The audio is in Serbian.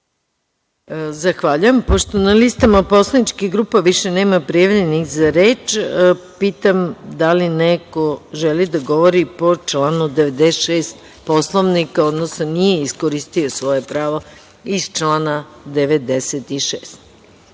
Zahvaljujem. Pošto na listama poslaničkih grupa više nema prijavljenih za reč, pitam da li neko želi da govori po članu 96. Poslovnika, odnosno da nije iskoristio svoje pravo iz člana